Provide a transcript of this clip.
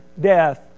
death